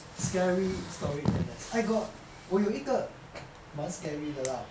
scary stories in N_S I got 我有一个蛮 scary 的 lah